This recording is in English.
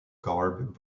garb